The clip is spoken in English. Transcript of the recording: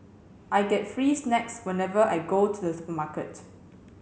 I get free snacks whenever I go to the supermarket